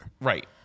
Right